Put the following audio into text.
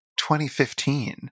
2015